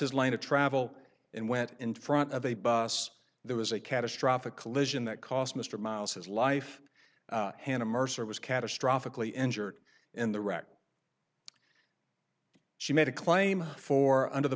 his line of travel and went in front of a bus there was a catastrophic collision that cost mr miles his life hannah mercer was catastrophic lee injured in the wreck she made a claim for under the